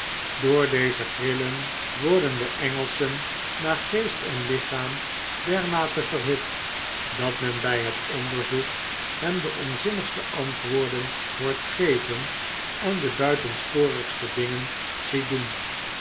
door deze grillen worden de engelschen naar geest en lichaam dermate verhit dat men by het onderzoek hen de onzinnigste antwoorden hoort geven en de buitenspongste dingen ziet doen